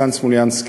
סלומינסקי.